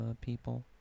people